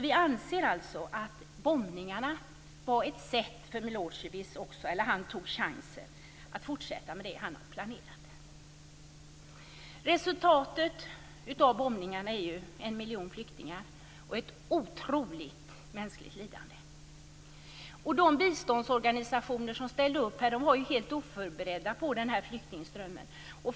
Vi anser alltså att bombningarna gjorde att Milosevic tog chansen att fortsätta med det han hade planerat. Resultatet av bombningarna är 1 miljon flyktingar och ett otroligt mänskligt lidande. De biståndsorganisationer som ställde upp var helt oförberedda på flyktingströmmen.